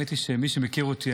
מי שמכיר אותי,